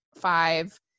five